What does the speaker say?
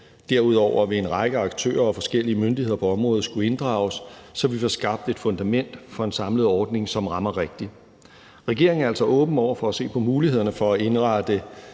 Derudover vil en række aktører og forskellige myndigheder på området skulle inddrages, så vi får skabt et fundament for en samlet ordning, som rammer rigtigt. Regeringen er altså åben over for at se på mulighederne for at indrette